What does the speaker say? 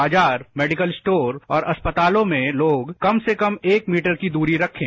बाजार medical store और अस्पतालों में लोग कम से कम एक मीटर की दूरी रखें